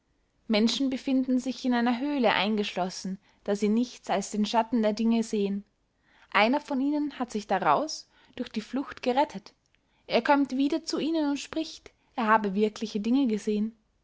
menschen befinden sich in einer höle eingeschlossen da sie nichts als den schatten der dinge sehen einer von ihnen hat sich daraus durch die flucht gerettet er kömmt wieder zu ihnen und spricht er habe wirkliche dinge gesehen